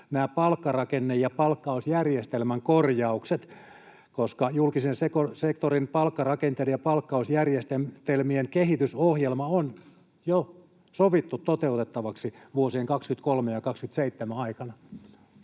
palkkarakenne- ja palkkausjärjestelmän korjaukset, koska julkisen sektorin palkkarakenteiden ja palkkausjärjestelmien kehitysohjelma on jo sovittu toteutettavaksi vuosien 23 ja 27 aikana.